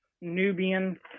Nubian